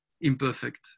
imperfect